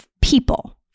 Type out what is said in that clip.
people